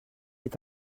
est